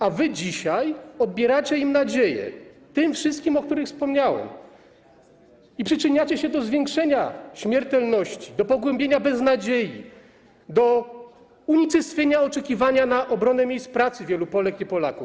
A wy dzisiaj odbieracie im nadzieję, tym wszystkim, o których wspomniałem, i przyczyniacie się do zwiększenia śmiertelności, do pogłębienia beznadziei, do unicestwienia oczekiwania na obronę miejsc pracy wielu Polek i Polaków.